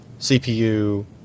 CPU